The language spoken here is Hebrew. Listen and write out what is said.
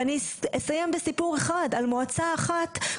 ואני אסיים בסיפור על מועצה אחת,